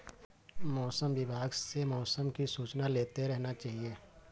मौसम विभाग से मौसम की सूचना लेते रहना चाहिये?